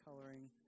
coloring